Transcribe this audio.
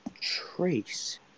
Trace